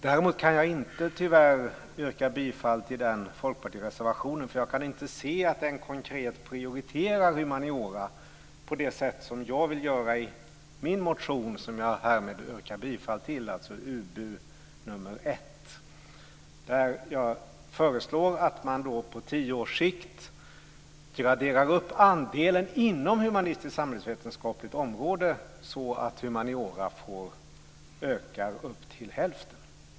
Däremot kan jag tyvärr inte yrka bifall till folkpartireservationen, för jag kan inte se att den konkret prioriterar humaniora på det sätt som jag vill göra i min motion, Ub1, som jag härmed yrkar bifall till. Jag föreslår att man på tio års sikt graderar upp humanioras andel av anslagen inom humanistiska och samhällsvetenskapliga anslagsområdet, så att den ökar till hälften.